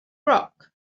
rock